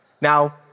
Now